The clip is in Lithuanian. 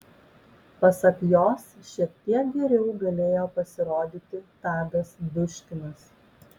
pasak jos šiek tek geriau galėjo pasirodyti tadas duškinas